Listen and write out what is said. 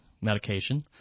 medication